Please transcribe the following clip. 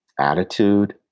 attitude